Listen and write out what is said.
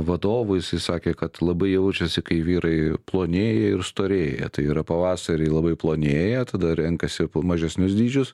vadovų jisai sakė kad labai jaučiasi kai vyrai plonėja ir storėja tai yra pavasarį labai plonėja tada renkasi mažesnius dydžius